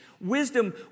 Wisdom